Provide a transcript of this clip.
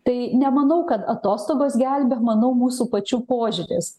tai nemanau kad atostogos gelbia manau mūsų pačių požiūris